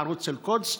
ערוץ אל-קודס,